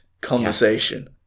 conversation